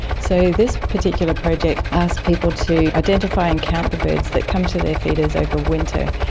so this particular project asks people to identify and count the birds that come to their feeders over winter.